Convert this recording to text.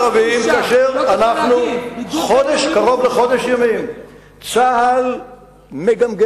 מה יאמרו הערבים כאשר קרוב לחודש ימים צה"ל מגמגם,